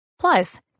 Plus